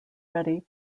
ready